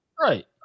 Right